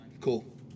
Cool